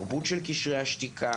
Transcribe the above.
תרבות של קשרי השתיקה